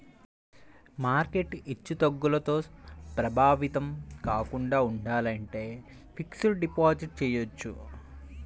market హెచ్చుతగ్గులతో ప్రభావితం కాకుండా ఉండాలంటే ఫిక్స్డ్ డిపాజిట్ చెయ్యొచ్చు